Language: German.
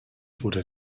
wurde